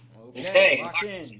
Okay